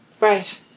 Right